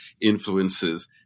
influences